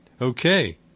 Okay